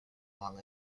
long